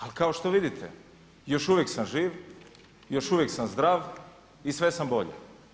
Ali kao što vidite, još uvijek sam živ, još uvijek sam zdrav i sve sam bolje.